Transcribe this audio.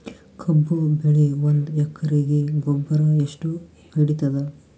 ಕಬ್ಬು ಬೆಳಿ ಒಂದ್ ಎಕರಿಗಿ ಗೊಬ್ಬರ ಎಷ್ಟು ಹಿಡೀತದ?